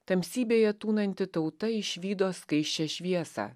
tamsybėje tūnanti tauta išvydo skaisčią šviesą